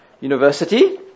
University